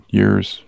years